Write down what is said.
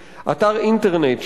2. אתר אינטרנט,